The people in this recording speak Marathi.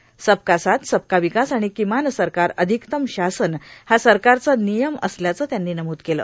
सबका साथ सबका विकास आणि किमान सरकार अधिकतम शासन हा सरकारचा नियम असल्याचं त्यांनी नमूद केलं